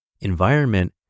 environment